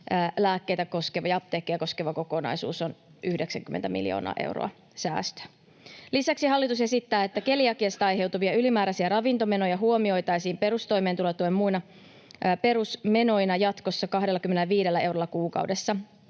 lääkkeitä ja apteekkeja koskeva kokonaisuus on 90 miljoonaa euroa säästöä. Lisäksi hallitus esittää, että keliakiasta aiheutuvia ylimääräisiä ravintomenoja huomioitaisiin perustoimeentulotuen muina perusmenoina jatkossa 25 eurolla kuukaudessa.